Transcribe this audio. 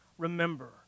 remember